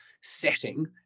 setting